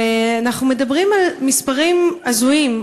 ואנחנו מדברים על מספרים הזויים.